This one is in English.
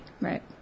Right